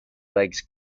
legs